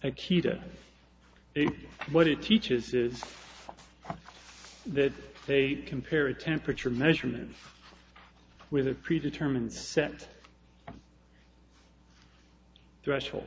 akita what it teaches is that they compare a temperature measurements with a pre determined set threshold